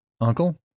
Uncle